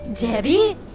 Debbie